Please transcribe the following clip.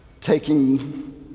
taking